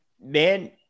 man